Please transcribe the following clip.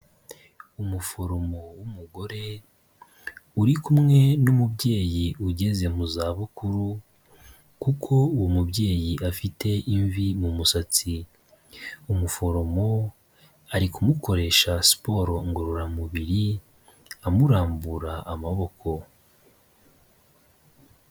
Umuforomo w'umugore uri kumwe n'umubyeyi ugeze mu zabukuru kuko uwo mubyeyi afite imvi mu musatsi, umuforomo ari kumukoresha siporo ngororamubiri amurambura amaboko.